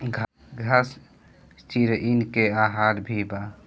घास चिरईन के आहार भी बा